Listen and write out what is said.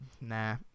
Nah